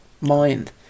mind